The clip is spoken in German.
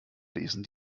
lesen